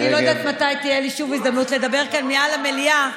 אני לא יודעת מתי תהיה לי שוב הזדמנות לדבר כאן מעל דוכן המליאה,